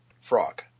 frog